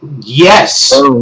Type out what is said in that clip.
Yes